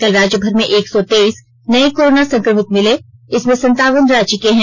कल राज्य भर में एक सौ तेईस नये कोरोना संक्रमित मिले इसमें संतावन रांची के हैं